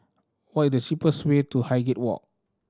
what is the cheapest way to Highgate Walk